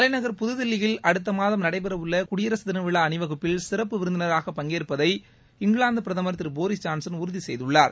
தலைநகர் புதுதில்லியில் அடுத்த மாதம் நடைபெற உள்ள குடியரசுத் தின விழா அணிவகுப்பில் சிறப்பு விருந்தினராக பங்கேற்பதை இங்கிலாந்து பிரதமர் திரு போரிஸ் ஜான்சன் உறுதி செய்துள்ளார்